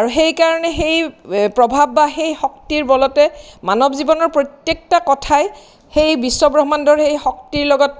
আৰু সেইকাৰণে সেই প্ৰভাৱ বা সেই শক্তিৰ বলতে মানৱ জীৱনৰ প্ৰত্যেকটো কথাই সেই বিশ্বব্ৰহ্মাণ্ডৰ সেই শক্তিৰ লগত